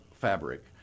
fabric